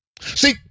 See